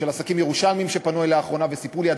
של ירושלמים שפנו אלי לאחרונה וסיפרו לי עד